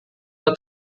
der